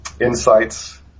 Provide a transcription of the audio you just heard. insights